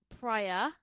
prior